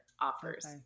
offers